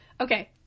Okay